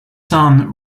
son